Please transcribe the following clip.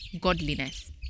godliness